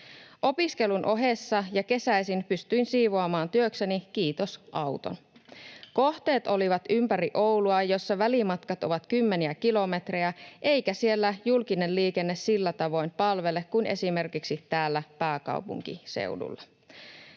Opiskelun ohessa ja kesäisin pystyin siivoamaan työkseni, kiitos auton. Kohteet olivat ympäri Oulua, jossa välimatkat ovat kymmeniä kilometrejä, eikä siellä julkinen liikenne palvele sillä tavoin kuin esimerkiksi täällä pääkaupunkiseudulla.